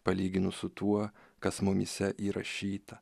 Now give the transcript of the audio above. palyginus su tuo kas mumyse įrašyta